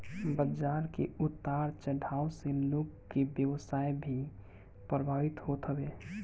बाजार के उतार चढ़ाव से लोग के व्यवसाय भी प्रभावित होत हवे